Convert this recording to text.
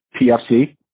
PFC